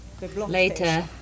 Later